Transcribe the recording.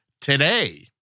today